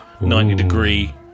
90-degree